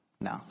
No